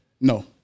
No